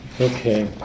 Okay